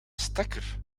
stekker